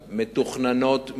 מתוכננות,